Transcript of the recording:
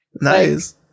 Nice